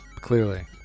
clearly